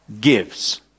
gives